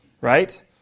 right